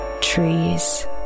Trees